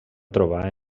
trobar